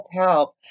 help